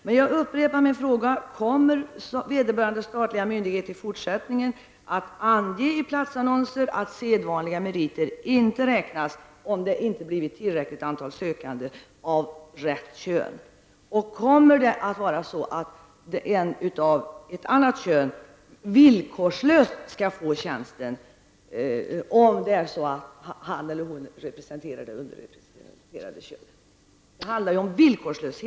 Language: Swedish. Men jag upprepar min fråga: Kommer vederbörande statliga myndighet i fortsättningen att ange i platsannonser att sedvanliga meriter inte räknas om det inte blivit tillräckligt antal sökande av rätt kön? Kommer det att vara så att en person villkorslöst skall få tjänsten om han eller hon tillhör det underrepresenterade könet? Det handlar ju om villkorslösheten.